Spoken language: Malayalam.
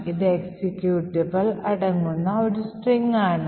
ഇത് എക്സിക്യൂട്ടബിൾ അടങ്ങുന്ന ഒരു സ്ട്രിംഗ് ആണ്